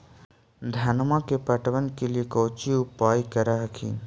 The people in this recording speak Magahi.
धनमा के पटबन के लिये कौची उपाय कर हखिन?